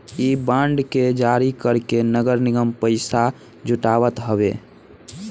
इ बांड के जारी करके नगर निगम पईसा जुटावत हवे